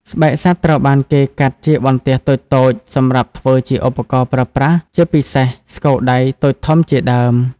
ស្បែកសត្វត្រូវបានគេកាត់ជាបន្ទះតូចៗសម្រាប់ធ្វើជាឧបករណ៍ប្រើប្រាស់ ជាពិសេស ស្គរដៃតូចធំជាដើម។